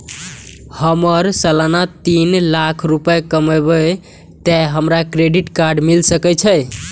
हमर सालाना तीन लाख रुपए कमाबे ते हमरा क्रेडिट कार्ड मिल सके छे?